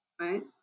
right